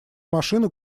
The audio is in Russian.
машину